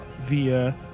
via